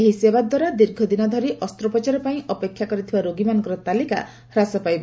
ଏହି ସେବା ଦ୍ୱାରା ଦୀର୍ଘ ଦିନ ଧର ଅସ୍ତ୍ରୋପ୍ରଚାର ପାଇଁ ଅପେକ୍ଷା କରିଥିବା ରୋଗୀମାନଙ୍କର ତାଲିକା ହ୍ରାସ ପାଇବ